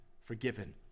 forgiven